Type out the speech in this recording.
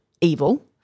evil